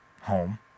home